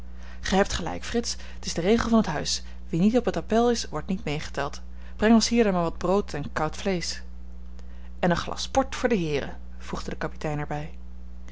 gij hebt gelijk frits t is de regel van het huis wie niet op het appèl is wordt niet meegeteld breng ons hier dan maar wat brood en koud vleesch en een glas port voor de heeren voegde de kapitein er